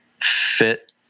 fit